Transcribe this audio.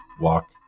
walk